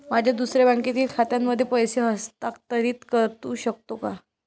माझ्या दुसऱ्या बँकेतील खात्यामध्ये पैसे हस्तांतरित करू शकतो का?